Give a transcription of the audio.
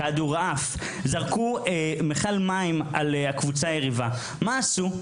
כדורעף, זרקו מיכל מים על הקבוצה היריבה, מה עשו?